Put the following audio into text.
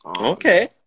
Okay